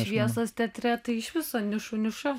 šviesos teatre tai iš viso nišų niša